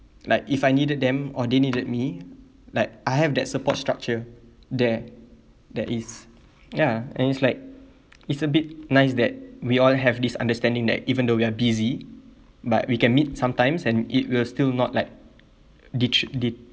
like if I needed them or they needed me like I have that support structure there that is ya and it's like it's a bit nice that we all have this understanding that even though we are busy but we can meet sometimes and it will still not like ditch